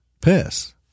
piss